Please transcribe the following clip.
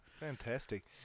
Fantastic